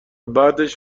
بعدش